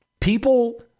People